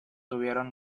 tuvieron